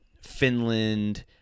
Finland